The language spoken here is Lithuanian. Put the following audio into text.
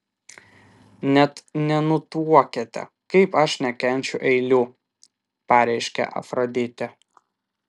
net nenutuokiate kaip aš nekenčiu eilių pareiškė afroditė